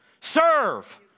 Serve